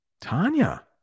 tanya